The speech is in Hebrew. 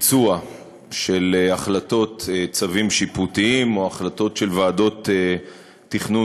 ביצוע של החלטות צווים שיפוטיים או החלטות של ועדות תכנון